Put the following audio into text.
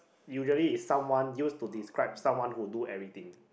usually is someone used to describe someone who do everything